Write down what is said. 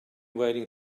waiting